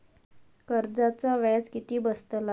कर्जाचा व्याज किती बसतला?